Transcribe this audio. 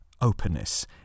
openness